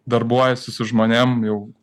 darbuojuosi su žmonėm jau